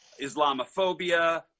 Islamophobia